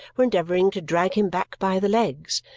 were endeavouring to drag him back by the legs,